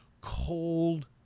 cold